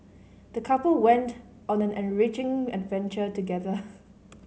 the couple went on an enriching adventure together